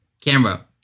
camera